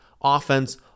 offense